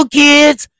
kids